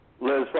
Liz